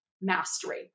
mastery